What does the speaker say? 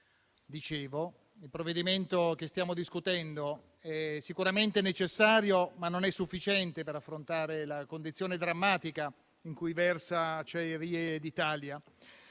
decreto-legge che stiamo discutendo è sicuramente necessario, ma non è sufficiente per affrontare la condizione drammatica in cui versa Acciaierie d'Italia.